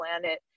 planet